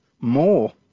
More